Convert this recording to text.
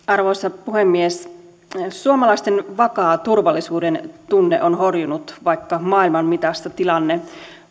arvoisa puhemies suomalaisten vakaa turvallisuudentunne on horjunut vaikka maailman mitassa tilanne